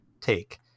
take